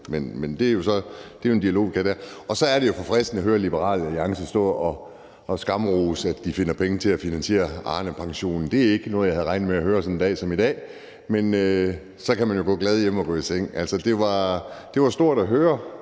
Men det er jo så en dialog, vi kan have om det. Og så er det forfriskende at høre Liberal Alliance stå og skamrose, at de finder penge til at finansiere Arnepensionen. Det er ikke noget, jeg havde regnet med at høre sådan en dag som i dag. Men så kan man gå glad hjem og gå i seng. Det var stort at høre